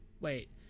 Wait